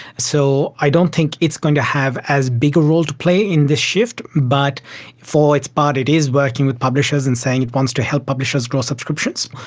so i don't think it's going to have as big a role to play in this shift. but for its part it is working with publishers and saying it wants to help publishers grow subscriptions.